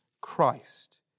Christ